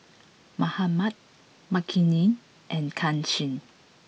Mahatma Makineni and Kanshi